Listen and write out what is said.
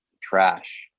trash